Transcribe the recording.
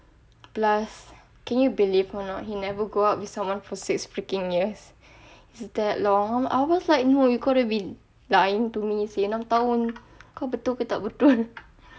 plus can you believe or not he never go out with someone for six freaking years it's that long I I was like no you could have been lying to me seh enam tahun kau betul tak betul